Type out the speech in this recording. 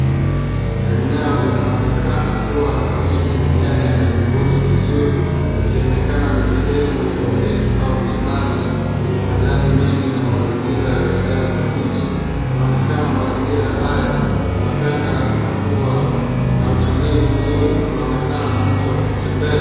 Eneo linaonekana kuwa na miti minene na kivuli kizuri. Kinaonekana ni sehemu ya msitu au bustani yenye majani mengi na mazingira ya kijani kibichi. Inaonekana mazingira haya unapenda kuwa na utulivu mzuri. Kunaonekana na mtu akitembea.